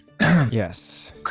Yes